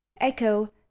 echo